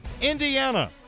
Indiana